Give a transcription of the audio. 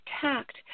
tact